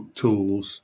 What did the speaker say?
tools